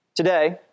Today